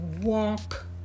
walk